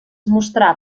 mostrà